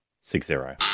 Six-zero